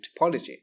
topology